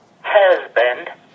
husband